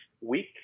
week